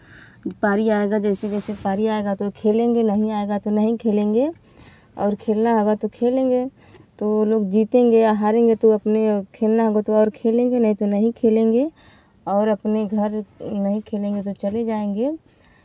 पारी आएगा जैसे जैसे पारी आएगा तो खेलेंगे नहीं आएगा तो नहीं खेलेंगे और खेलना होगा तो खेलेंगे तो लोग जीतेंगे या हारेगे तो अपने खेलना होगा तो और खेलेंगे नहीं तो नहीं खेलेंगे और अपने घर नहीं खेलेंगे तो चले जाएँगे